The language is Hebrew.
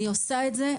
אני עושה את זה,